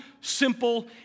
simple